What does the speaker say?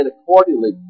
accordingly